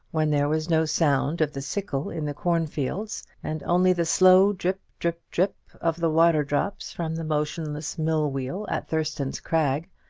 when there was no sound of the sickle in the corn-fields, and only the slow drip, drip, drip of the waterdrops from the motionless mill-wheel at thurston's crag,